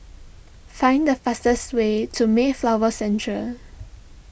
find the fastest way to Mayflower Centre